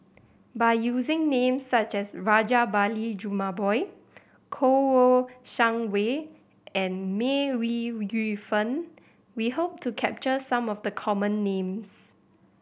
by using names such as Rajabali Jumabhoy Kouo Shang Wei and May Ooi Yu Fen we hope to capture some of the common names